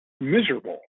miserable